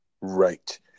right